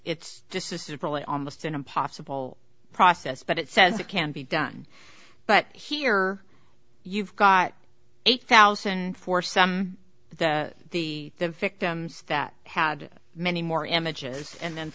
it's just this is probably almost an impossible process but it says it can be done but here you've got eight thousand for some the the victims that had many more images and then